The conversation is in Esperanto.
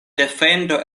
defendo